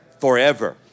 Forever